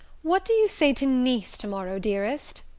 what do you say to nice to-morrow, dearest?